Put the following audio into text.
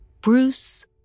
Bruce